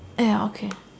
!aiya! okay